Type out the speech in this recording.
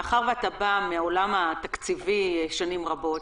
מאחר שאתה בא מהעולם התקציבי שנים רבות,